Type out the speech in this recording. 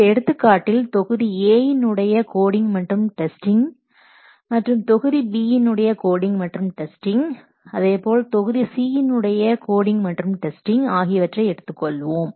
இந்த எடுத்துக்காட்டில் தொகுதி A இன் உடைய கோடிங் மற்றும் டெஸ்டிங் மற்றும் தொகுதி B இன் உடைய கோடிங் மற்றும் டெஸ்டிங் அதேபோல் தொகுதி C இன் உடைய கோடிங் மற்றும் டெஸ்டிங் ஆகியவற்றை எடுத்துக்கொள்வோம்